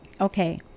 Okay